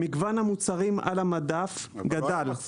מגוון המוצרים על המדף גדל.